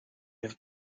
have